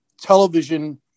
television